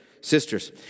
Sisters